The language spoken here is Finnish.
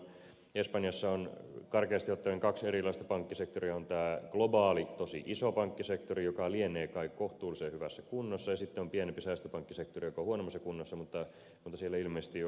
espanjassa on karkeasti ottaen kaksi erilaista pankkisektoria on tämä globaali tosi iso pankkisektori joka lienee kai kohtuullisen hyvässä kunnossa ja sitten on pienempi säästöpankkisektori joka on huonommassa kunnossa mutta siellä ilmeisesti on suunnitteilla fuusioita